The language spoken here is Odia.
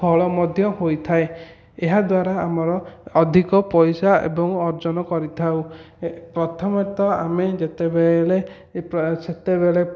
ଫଳ ମଧ୍ୟ ହୋଇଥାଏ ଏହାଦ୍ଵାରା ଆମର ଅଧିକ ପଇସା ଏବଂ ଅର୍ଜନ କରିଥାଉ ପ୍ରଥମତଃ ଆମେ ଯେତେବେଳେ ପ୍ରାୟ ସେତେବେଳେ